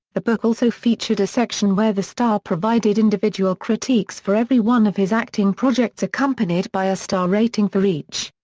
the book also featured a section where the star provided individual critiques for every one of his acting projects accompanied by a star rating for each.